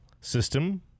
system